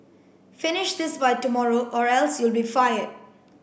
finish this by tomorrow or else you'll be fired